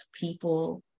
people